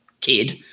kid